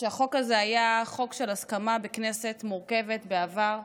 החוק הזה היה חוק של הסכמה בכנסת מורכבת בעבר,